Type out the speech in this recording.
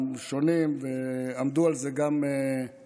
הם שונים, ועמדו על זה גם בוועדה.